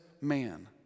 man